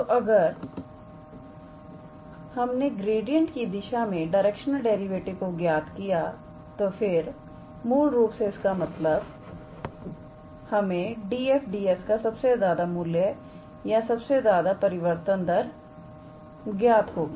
तो अगर हमने ग्रेडियंट की दिशा में डायरेक्शनल डेरिवेटिव को ज्ञात किया तो फिर मूल रूप से इसका मतलब हमें DfDs का सबसे ज्यादा मूल्य या सबसे ज्यादा परिवर्तन दर ज्ञात होगी